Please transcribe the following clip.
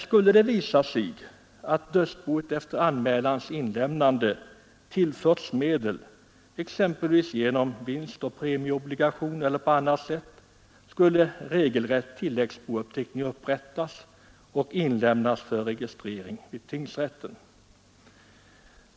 Skulle det visa sig att dödsboet efter anmälans inlämnande tillförts medel — genom vinst å premieobligation eller på annat sätt — skall regelrätt tilläggsbouppteckning upprättas och inlämnas för registrering vid tingsrätten.